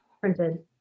printed